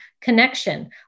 connection